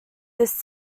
this